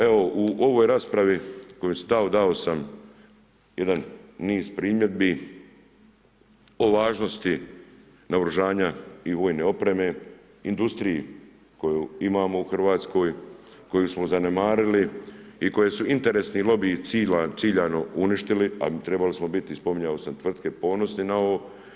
Evo u ovoj raspravu koju sam dao, dao sam jedan niz primjedbi o važnosti naoružanja i vojne opreme industriji koju imamo u Hrvatskoj, koju smo zanemarili i koje su interesni lobiji ciljano uništili a trebali smo biti i spominjao sam tvrtke ponosni na ovo.